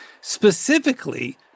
specifically